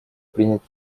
принять